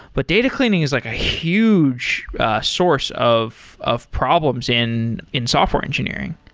but data cleaning is like a huge source of of problems in in software engineering.